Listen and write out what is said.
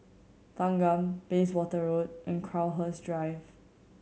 Thanggam Bayswater Road and Crowhurst Drive